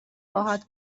راحت